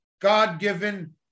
God-given